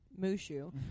Mushu